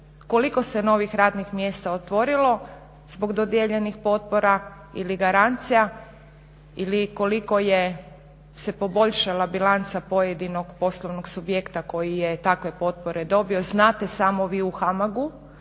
koliko se novih radnih mjesta otvorilo zbog dodijeljenih potpora ili garancija ili koliko se poboljšala bilanca pojedinog poslovnog subjekta koji je takve potpore dobio, znate samo vi u HAMAG-u